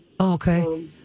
Okay